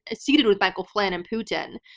ah seated with michael flynn and putin.